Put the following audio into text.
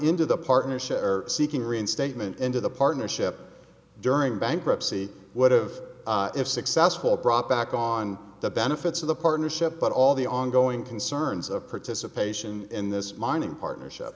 into the partnership or seeking reinstatement into the partnership during bankruptcy would've if successful brought back on the benefits of the partnership but all the ongoing concerns of participation in this mining partnership